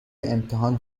امتحان